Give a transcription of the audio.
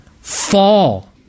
fall